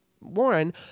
Warren